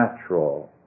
natural